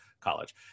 college